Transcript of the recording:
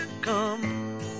come